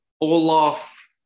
Olaf